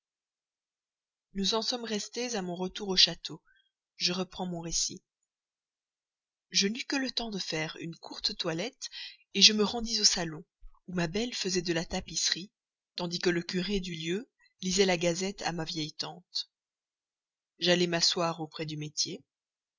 nous en sommes restés à mon retour au château je reprend mon récit je n'eus que le temps de faire une courte toilette je me rendis au salon où ma belle faisait de la tapisserie tandis que le curé du lieu lisait la gazette à ma vieille tante j'allai m'asseoir auprès du métier